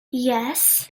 yes